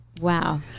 wow